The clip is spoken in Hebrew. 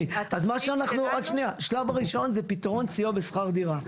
אז מה שאנחנו --- השלב הראשון זה פתרון סיוע בשכר דירה,